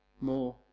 More